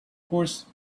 course